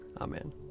Amen